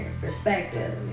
perspective